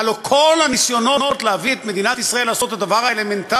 הלוא כל הניסיונות להביא את מדינת ישראל לעשות את הדבר האלמנטרי,